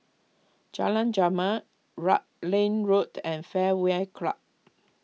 Jalan Jamal Rutland Road and Fairway Club